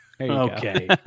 okay